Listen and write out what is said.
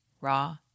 raw